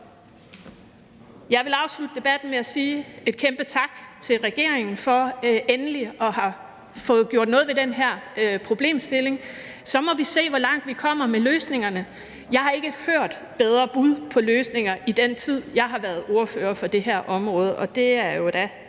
Jeg vil afslutte debatten med at sige et kæmpe tak til regeringen for endelig at have fået gjort noget ved den her problemstilling. Så må vi se, hvor langt vi kommer med løsningerne. Jeg har ikke i den tid, jeg har været ordfører på det her område, hørt bedre